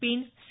pin C